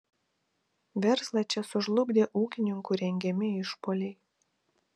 verslą čia sužlugdė ūkininkų rengiami išpuoliai